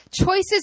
choices